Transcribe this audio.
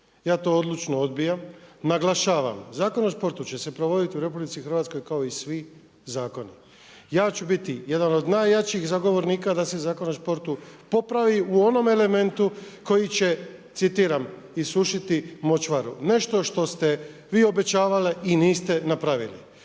Ja to odlučno odbijam. Naglašava, Zakon o sportu će se provoditi u Republici Hrvatskoj kao i svi zakoni. Ja ću biti jedan od najjačih zagovornika da se Zakon o sportu popravi u onom elementu koji će citiram: „Isušiti močvaru“. Nešto što ste vi obećavali i niste napravili.